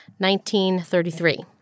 1933